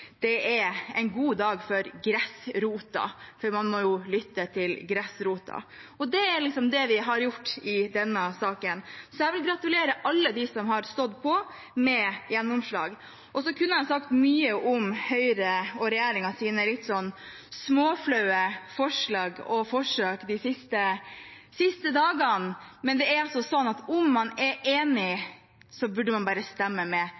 Det er en god dag for gressrota. For man må jo lytte til gressrota, og det er det vi har gjort i denne saken. Jeg vil gratulere alle dem som har stått på, med gjennomslag. Så kunne jeg sagt mye om Høyre og regjeringens småflaue forslag og forsøk de siste dagene, men det er sånn at om man er enig, burde man bare stemme med